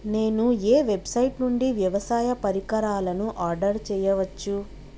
నేను ఏ వెబ్సైట్ నుండి వ్యవసాయ పరికరాలను ఆర్డర్ చేయవచ్చు?